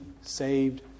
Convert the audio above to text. saved